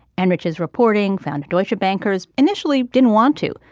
enrich's reporting found deutsche bankers initially didn't want to.